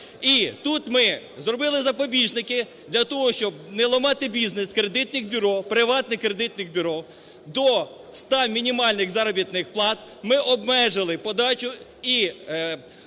І тут ми зробили запобіжники: для того щоб не ламати бізнес кредитних бюро, приватних кредитних бюро, до ста мінімальних заробітних плат ми обмежили подачу і передачу